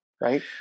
right